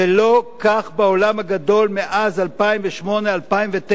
ולא כך בעולם הגדול מאז 2008 2009,